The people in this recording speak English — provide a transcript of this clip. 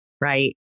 right